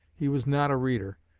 he was not a reader.